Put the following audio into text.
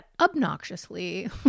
obnoxiously